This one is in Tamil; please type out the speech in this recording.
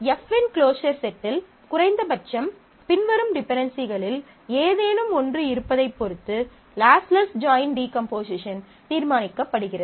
F இன் க்ளோஸர் செட்டில் குறைந்தபட்சம் பின்வரும் டிபென்டென்சிகளில் ஏதேனும் ஒன்று இருப்பதைப் பொறுத்து லாஸ்லெஸ் ஜாயின் டீகம்போசிஷன் தீர்மானிக்கப்படுகிறது